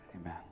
amen